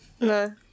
No